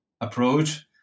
approach